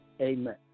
amen